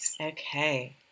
okay